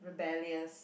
rebellious